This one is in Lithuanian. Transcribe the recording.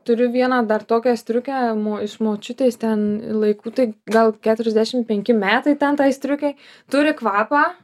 turiu vieną dar tokią striukę iš močiutės ten laikų tai gal keturiasdešim penki metai ten tai striukei turi kvapą